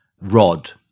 rod